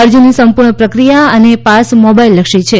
અરજીની સંપૂર્ણ પ્રક્રિયા અને પાસ મોબાઇલ લક્ષી છે